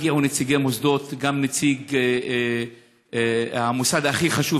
הגיעו נציגי מוסדות וגם נציג המוסד הכי חשוב,